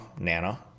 Nana